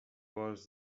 was